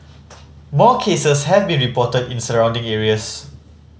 more cases have been reported in surrounding areas